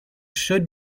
should